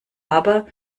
aber